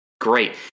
great